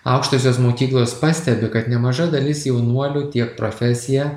aukštosios mokyklos pastebi kad nemaža dalis jaunuolių tiek profesiją